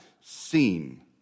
seen